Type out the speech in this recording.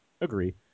Agree